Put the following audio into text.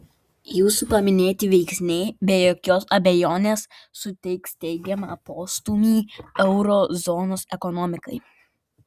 jūsų paminėti veiksniai be jokios abejonės suteiks teigiamą postūmį euro zonos ekonomikai